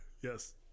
Yes